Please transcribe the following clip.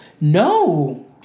No